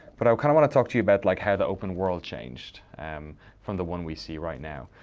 but i kind of wanna talk to you about like how the open world changed um from the one we see right now,